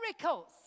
miracles